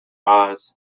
eyes